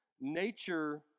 Nature